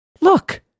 Look